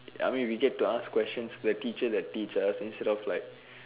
I mean we get ask questions to the teacher who teach us instead of like